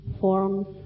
forms